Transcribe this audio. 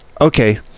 Okay